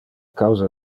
causa